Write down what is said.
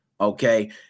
Okay